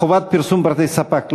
חובת פרסום פרטי ספק,